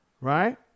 right